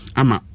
ama